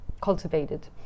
cultivated